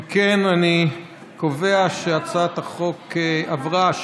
אם כן, אני קובע שהצעת החוק עברה.